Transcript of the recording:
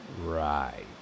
Right